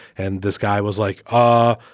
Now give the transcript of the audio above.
and this guy was like, ah,